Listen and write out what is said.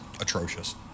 atrocious